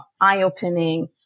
eye-opening